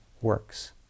works